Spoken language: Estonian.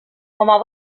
oma